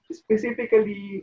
specifically